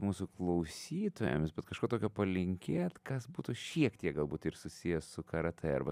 mūsų klausytojams bet kažko tokio palinkėt kas būtų šiek tiek galbūt ir susiję su karatė arba